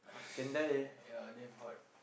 ya damn hard